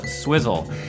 swizzle